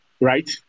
right